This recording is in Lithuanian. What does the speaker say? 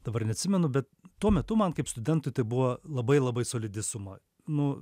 dabar neatsimenu bet tuo metu man kaip studentui tai buvo labai labai solidi suma nu